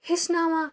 ہیٚچھناوان